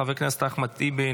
חבר הכנסת אחמד טיבי,